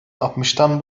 altmıştan